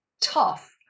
tough